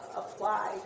apply